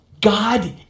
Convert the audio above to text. God